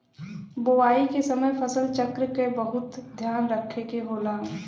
बोवाई के समय फसल चक्र क बहुत ध्यान रखे के होला